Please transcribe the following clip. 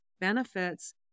benefits